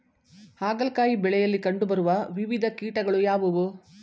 ಹಾಗಲಕಾಯಿ ಬೆಳೆಯಲ್ಲಿ ಕಂಡು ಬರುವ ವಿವಿಧ ಕೀಟಗಳು ಯಾವುವು?